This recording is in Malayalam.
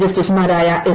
ജസ്റ്റിസുമാരായ എസ്